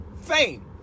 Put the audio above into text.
fame